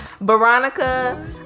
Veronica